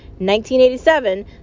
1987